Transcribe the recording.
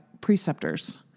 preceptors